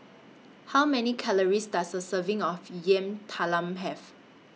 How Many Calories Does A Serving of Yam Talam Have